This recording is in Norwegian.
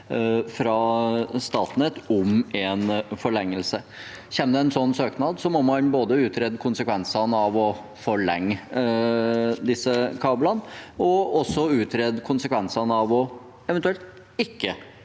fra Statnett om en forlengelse. Kommer det en sånn søknad, må man både utrede konsekvensene av å forlenge disse kablene, og også utrede konsekvensene av eventuelt ikke